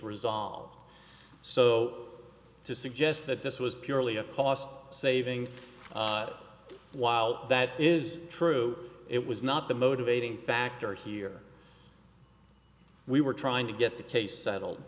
resolved so to suggest that this was purely a cost saving while that is true it was not the motivating factor here we were trying to get the case settled